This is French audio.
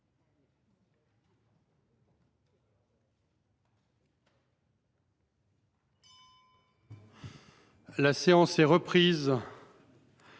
La séance est reprise.